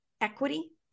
equity